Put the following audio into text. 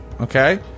Okay